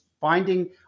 finding